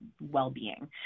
well-being